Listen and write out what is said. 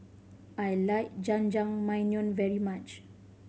I like Jajangmyeon very much